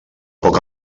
poc